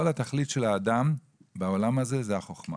כל התכלית של האדם בעולם הזה זאת החוכמה.